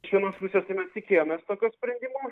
iš vienos pusės tai mes tikėjomės tokio sprendimo